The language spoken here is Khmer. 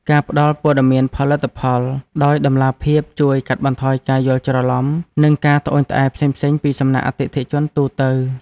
ការផ្តល់ព័ត៌មានផលិតផលដោយតម្លាភាពជួយកាត់បន្ថយការយល់ច្រឡំ និងការត្អូញត្អែរផ្សេងៗពីសំណាក់អតិថិជនទូទៅ។